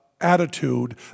Attitude